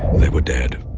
they were dead.